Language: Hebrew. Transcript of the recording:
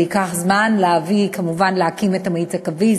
זה ייקח זמן להקים את המאיץ הקווי.